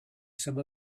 some